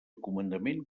comandament